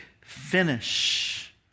finish